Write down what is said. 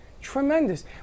tremendous